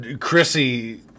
Chrissy